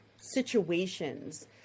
situations